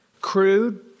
Crude